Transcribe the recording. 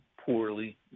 poorly